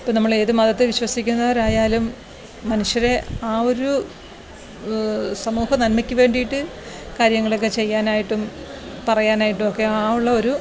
ഇപ്പോൾ നമ്മളേതു മതത്തെ വിശ്വസിക്കുന്നവരായാലും മനുഷ്യരെ ആ ഒരു സമൂഹ നന്മയ്ക്കു വേണ്ടിയിട്ട് കാര്യങ്ങളൊക്കെ ചെയ്യാനായിട്ടും പറയാനായിട്ടും ഒക്കെ ആ ഉള്ള ഒരു